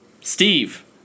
Steve